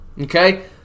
Okay